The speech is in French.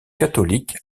catholique